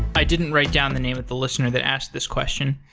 i didn't write down the name of the listener that asked this question,